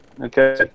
Okay